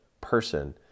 person